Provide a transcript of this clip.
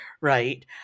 right